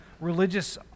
religious